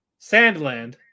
Sandland